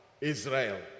Israel